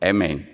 Amen